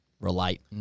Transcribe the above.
relate